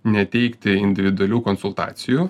neteikti individualių konsultacijų